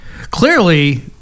Clearly